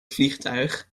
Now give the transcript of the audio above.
vliegtuig